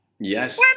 Yes